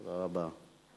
תודה רבה.